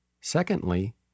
Secondly